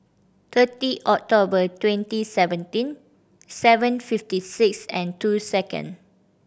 thirty October twenty seventeen seven fifty six and two second